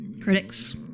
Critics